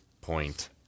point